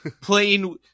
playing-